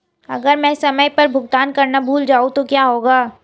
अगर मैं समय पर भुगतान करना भूल जाऊं तो क्या होगा?